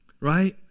right